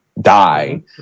die